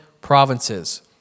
provinces